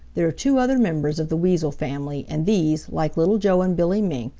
there are two other members of the weasel family and these, like little joe and billy mink,